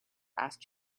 asked